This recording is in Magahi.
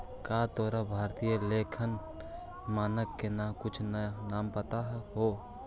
का तोरा भारतीय लेखांकन मानक के कुछ नाम पता हो?